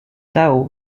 tao